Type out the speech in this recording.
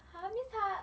ha means 他